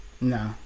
No